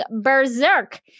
berserk